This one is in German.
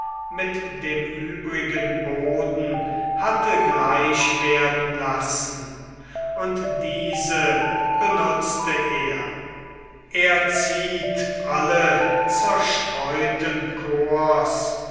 mit dem übrigen boden hatte gleich werden lassen und diese benutzte er er zieht alle zerstreuten corps